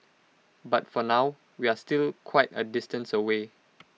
but for now we're still quite A distance away